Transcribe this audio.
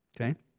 okay